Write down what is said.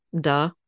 Duh